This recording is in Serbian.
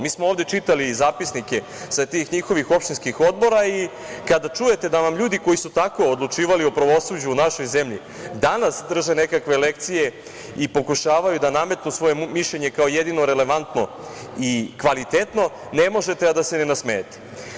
Mi smo ovde čitali i zapisnike sa tih njihovih opštinskih odbora i kada čujete da vam ljudi koji su tako odlučivali o pravosuđu u našoj zemlji, danas drže nekakve lekcije i pokušavaju da nametnu svoje mišljenje kao jedino relevantno i kvalitetno, ne možete, a da se ne nasmejete.